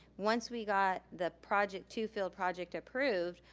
once we got the project, two field project approved,